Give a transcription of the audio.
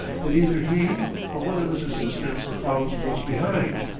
and either he or one of his assistants follows close behind,